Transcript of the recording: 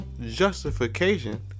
justification